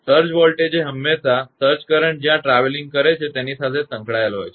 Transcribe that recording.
તેથી surge voltage એ હંમેશાં સર્જ કરંટ જ્યાં ટ્રાવેલીંગ કરે છે તેની સાથે સંકળાયેલ હોય છે